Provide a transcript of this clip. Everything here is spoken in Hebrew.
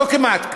לא כמעט,